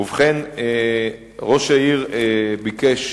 ובכן, ראש העיר ביקש